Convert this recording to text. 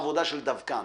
עבודה של דווקן